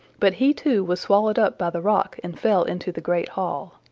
but he too was swallowed up by the rock and fell into the great hall.